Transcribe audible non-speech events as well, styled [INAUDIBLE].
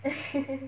[LAUGHS]